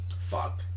Fuck